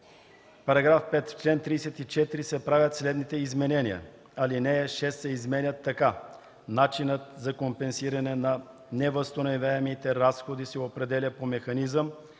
5: „§ 5. В чл. 34 се правят следните изменения: 1. Алинея 6 се изменя така: „(6) Начинът за компенсиране на невъзстановяемите разходи се определя по механизъм